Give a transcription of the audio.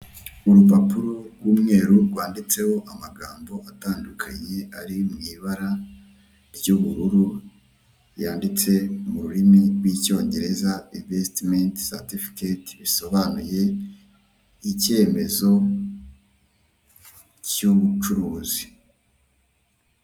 Urupapuro rwanditseho amabara agiye atandukanye, harimo ubururu, umuhondo, icyatsi rwo rurasa umweru, amagambo yanditse mu ibara ry'umukara n'ubururu, bikaba byanditse mu rurimi rw'icyongereza.